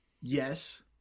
yes